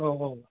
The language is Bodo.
औ औ